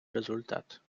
результат